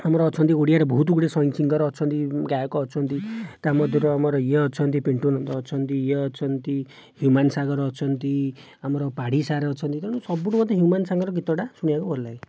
ଆମର ଅଛନ୍ତି ଓଡ଼ିଆରେ ବହୁତଗୁଡ଼ିଏ ସିଙ୍ଗର ଅଛନ୍ତି ଗାୟକ ଅଛନ୍ତି ତା'ମଧ୍ୟରୁ ଆମର ଇଏ ଅଛନ୍ତି ପିଣ୍ଟୁ ନନ୍ଦ ଅଛନ୍ତି ଇଏ ଅଛନ୍ତି ହ୍ୟୁମାନ ସାଗର ଅଛନ୍ତି ଆମର ପାଢ଼ୀ ସାର୍ ଅଛନ୍ତି ତେଣୁ ସବୁଠୁ ମୋତେ ହ୍ୟୁମାନ ସାଗରଙ୍କ ଗୀତଟା ଶୁଣିବାକୁ ଭଲଲାଗେ